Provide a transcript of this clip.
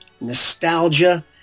nostalgia